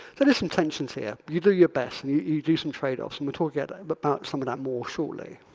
there is some tensions here. you do your best, and you you do some trade offs, and we'll talk yet but about some of that more shortly.